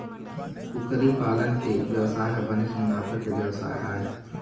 कुकरी पालन के बेवसाय ह बनेच मुनाफा के बेवसाय आय